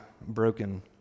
broken